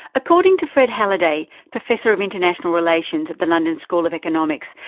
according to fred halliday, professor of international relations at the london school of economics,